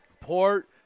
Port